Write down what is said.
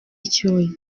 icyuya